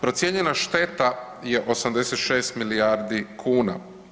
Procijenjena šteta je 86 milijardi kuna.